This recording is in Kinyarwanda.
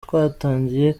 twatangiye